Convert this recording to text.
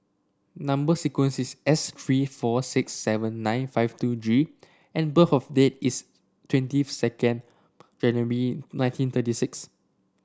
number sequence is S three four six seven nine five two G and birth of date is twenty second January nineteen thirty six